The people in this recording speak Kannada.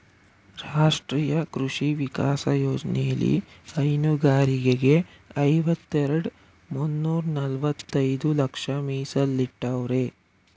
ರಾಷ್ಟ್ರೀಯ ಕೃಷಿ ವಿಕಾಸ ಯೋಜ್ನೆಲಿ ಹೈನುಗಾರರಿಗೆ ಐವತ್ತೆರೆಡ್ ಮುನ್ನೂರ್ನಲವತ್ತೈದು ಲಕ್ಷ ಮೀಸಲಿಟ್ಟವ್ರೆ